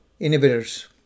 inhibitors